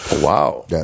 Wow